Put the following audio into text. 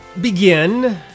begin